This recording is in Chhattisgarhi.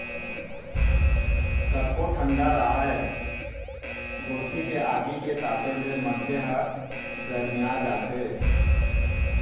कतको ठंडा राहय गोरसी के आगी के तापे ले मनखे ह गरमिया जाथे